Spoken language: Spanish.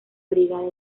brigada